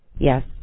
Yes